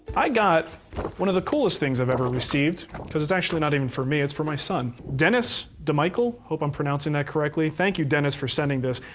i got one of the coolest things i've ever received, because it's actually not even for me, it's for my son. denis demichiel, hope i'm pronouncing that correctly, thank you denis, for sending this.